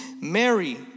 Mary